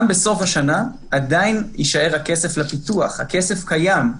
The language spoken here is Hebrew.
גם בסוף השנה עדיין יישאר הכסף לפיתוח, הכסף קיים.